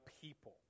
people